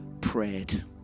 prayed